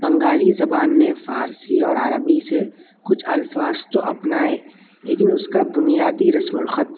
بنگالی زبان نے فارسی اور عربی سے کچھ الفاظ تو اپنائیں لیکن اس کا بنیادی رسم الخط